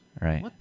Right